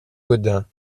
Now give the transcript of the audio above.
gaudin